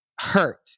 hurt